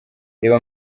reba